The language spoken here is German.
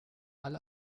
alle